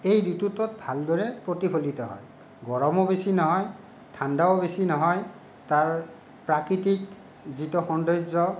এই ঋতুটোত ভালদৰে প্ৰতিফলিত হয় গৰমো বেছি নহয় ঠাণ্ডাও বেছি নহয় তাৰ প্ৰাকৃতিক যিটো সৌন্দৰ্য